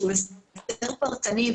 שהוא הסדר פרטני,